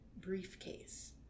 Briefcase